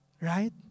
Right